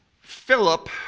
Philip